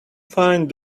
find